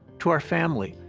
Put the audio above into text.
to our family,